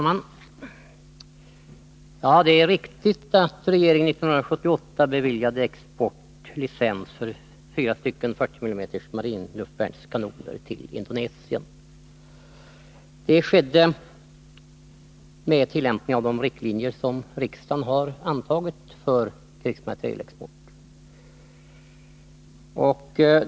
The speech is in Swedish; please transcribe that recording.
Herr talman! Det är riktigt att regeringen 1978 beviljade exportlicens för fyra stycken 40 mm marinluftvärnskanoner till Indonesien. Det skedde med tillämpning av de riktlinjer som riksdagen har antagit för krigsmaterielexport.